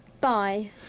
Bye